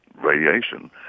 radiation